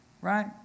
Right